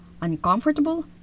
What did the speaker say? Uncomfortable